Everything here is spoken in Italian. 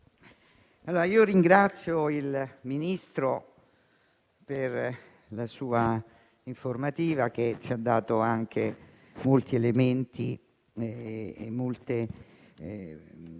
Presidente, ringrazio il Ministro per la sua informativa che ci ha dato molti elementi e molte